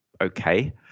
okay